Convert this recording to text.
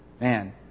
Man